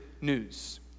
news